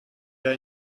wir